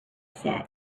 said